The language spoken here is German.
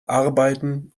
arbeiten